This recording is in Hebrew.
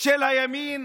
של הימין